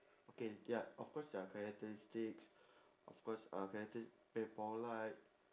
okay ya of course their characteristics of course uh relative very polite